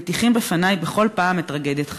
מטיחים בפני בכל פעם את טרגדיית חיי.